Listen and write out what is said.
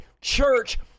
church